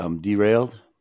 derailed